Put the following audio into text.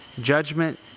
Judgment